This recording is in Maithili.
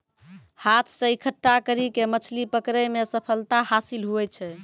हाथ से इकट्ठा करी के मछली पकड़ै मे सफलता हासिल हुवै छै